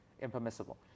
impermissible